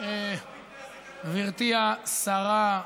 גברתי השרה,